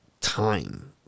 time